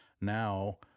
now